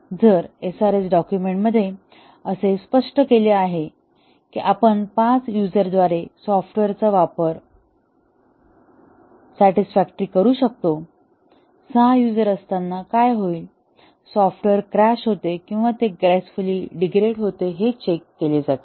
जर SRS डॉक्युमेंटमध्ये असे स्पष्ट केले की आपण 5 यूझरद्वारे सॉफ्टवेअरचा वापर सॅटिसफॅक्टरीली करू शकतो 6 यूझर असताना काय होते सॉफ्टवेअर क्रॅश होते किंवा ते ग्रेसफुली डिग्रेड होते हे चेक केले जाते